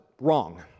wrong